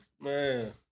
Man